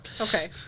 Okay